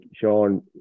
Sean